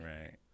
Right